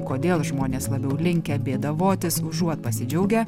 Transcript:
kodėl žmonės labiau linkę bėdavotis užuot pasidžiaugę